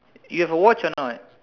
you have a watch or not